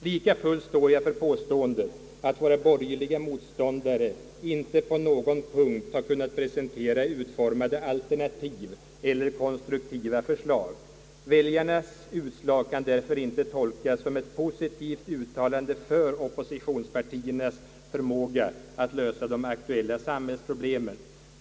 Likafullt står jag för påståendet att våra borgerliga motståndare inte på någon punkt har kunnat presentera utformade alternativ eller konstruktiva förslag. Väljarnas utslag kan därför inte tolkas som ett positivt uttalande för oppositionspartiernas förmåga att lösa de aktuella samhällsproblemen.